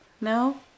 No